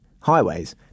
highways